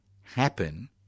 happen